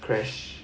crash